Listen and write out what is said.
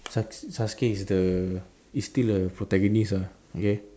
sa~ Sasuke is the he's still a protagonist ah okay